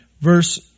verse